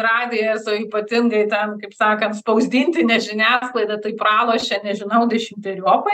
radijas o ypatingai ten kaip sakant spausdintinė žiniasklaida tai pralošė nežinau dešimteriopai